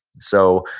so,